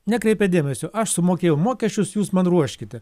nekreipia dėmesio aš sumokėjau mokesčius jūs man ruoškite